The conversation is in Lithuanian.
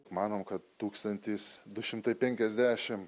manom kad tūkstantus du šimtai penkiasdešimt